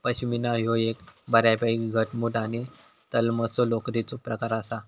पश्मीना ह्यो एक बऱ्यापैकी घटमुट आणि तलमसो लोकरीचो प्रकार आसा